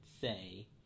say